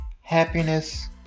happiness